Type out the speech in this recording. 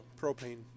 propane